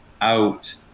out